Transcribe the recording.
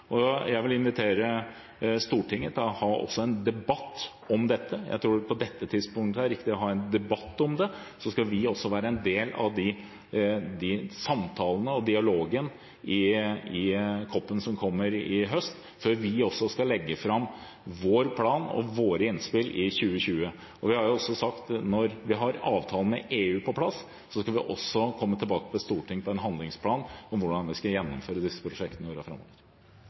Jeg vil invitere Stortinget til å ha en debatt om dette. Jeg tror at det på dette tidspunktet er riktig å ha en debatt om det. Vi skal også være en del av samtalene og dialogen i COP-en som kommer i høst, før vi skal legge fram vår plan og våre innspill i 2020. Vi har sagt at når vi har avtalen med EU på plass, skal vi også komme tilbake til Stortinget med en handlingsplan for hvordan vi skal gjennomføre disse prosjektene i årene framover.